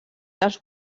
dels